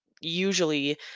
usually